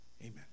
Amen